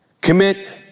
Commit